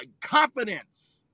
confidence